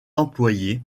employés